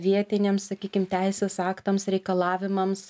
vietiniams sakykim teisės aktams reikalavimams